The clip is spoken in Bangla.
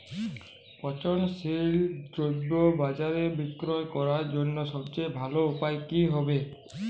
পচনশীল দ্রব্য বাজারে বিক্রয় করার জন্য সবচেয়ে ভালো উপায় কি হবে?